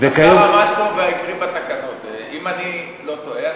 השר עמד פה והקריא מהתקנון, אם אני לא טועה.